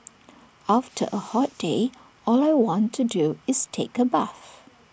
after A hot day all I want to do is take A bath